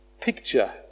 picture